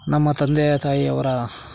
ನಮ್ಮ ತಂದೆಯ ತಾಯಿಯವರ